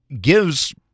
gives